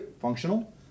Functional